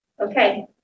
Okay